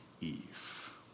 Eve